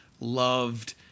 loved